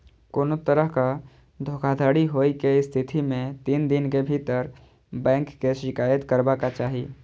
कोनो तरहक धोखाधड़ी होइ के स्थिति मे तीन दिन के भीतर बैंक के शिकायत करबाक चाही